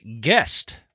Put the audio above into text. guest